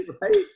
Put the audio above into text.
Right